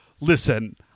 listen